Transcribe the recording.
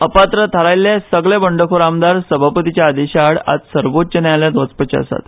अपात्र थारायछ्छे सगले बंडखोर आमदार सभापतीच्या आदेशाआड आज सर्वोच्च न्यायालयात वचपाचे आसात